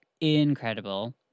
incredible